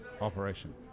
operation